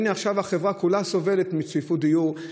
הינה, עכשיו החברה כולה סובלת מצפיפות דיור.